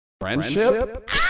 Friendship